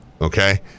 okay